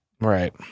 Right